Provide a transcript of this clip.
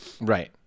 Right